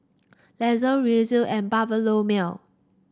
Lester Reece and Bartholomew